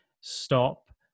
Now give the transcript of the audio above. Stop